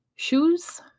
Shoes